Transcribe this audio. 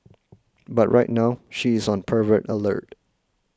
but right now she is on pervert alert